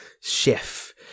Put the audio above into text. chef